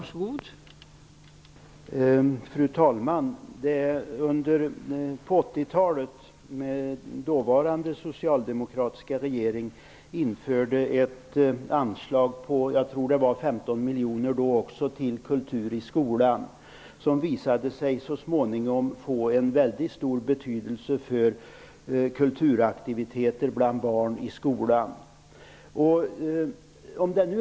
Då blir det ändå 6 miljoner kronor kvar till kultur i arbetslivet. De övriga